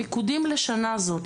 המיקודים לשנה זאת,